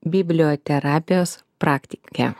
biblioterapijos praktike